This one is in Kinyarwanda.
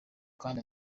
kandi